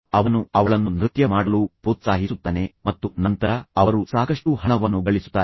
ಅವನು ಅವಳನ್ನು ನೃತ್ಯ ಮಾಡಲು ಪ್ರೋತ್ಸಾಹಿಸುತ್ತಾನೆ ಮತ್ತು ನಂತರ ಅವರು ಸಾಕಷ್ಟು ಹಣವನ್ನು ಗಳಿಸುತ್ತಾರೆ